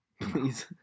Please